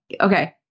okay